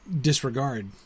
disregard